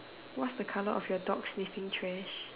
what's the colour of your dog sniffing trash